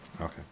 Okay